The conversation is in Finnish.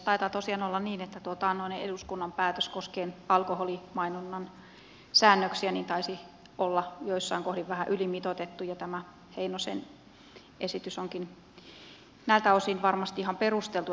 taitaa tosiaan olla niin että tuo taannoinen eduskunnan päätös koskien alkoholimainonnan säännöksiä taisi olla joissain kohdin vähän ylimitoitettu ja tämä heinosen esitys onkin näiltä osin varmasti ihan perusteltu